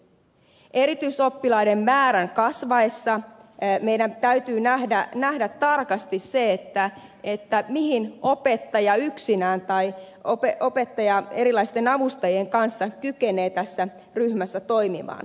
erityisoppilaiden määrän kasvaessa meidän täytyy nähdä tarkasti se miten opettaja yksinään tai opettaja erilaisten avustajien kanssa kykenee tässä ryhmässä toimimaan